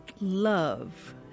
love